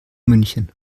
münchen